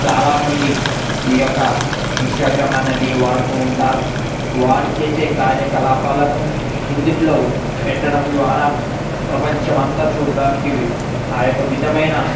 చాలా మంది ఈ యొక్క ఇన్స్టాగ్రామ్ అనేది వాడుతూ ఉంటారు వాడి చేసే కార్యకలాపాలను ఇందులో పెట్టడం ద్వారా ప్రపంచమంతా చూడటానికి ఇవి ఆ యొక్క విధమైన